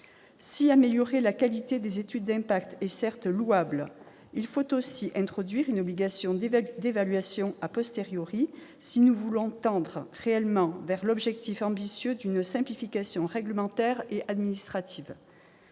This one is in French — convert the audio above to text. améliorer la qualité des études d'impact est certes louable, il faut aussi introduire, si nous voulons tendre réellement vers l'objectif ambitieux d'une simplification réglementaire et administrative,